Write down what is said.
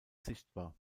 sichtbar